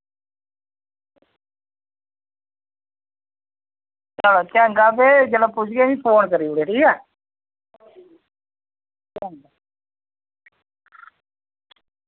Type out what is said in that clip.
एह् चंगा फिर जेल्लै पुज्जगे मिगी फोन करी ओड़ेओ